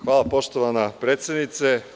Hvala poštovana predsednice.